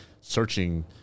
searching